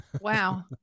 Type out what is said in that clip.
Wow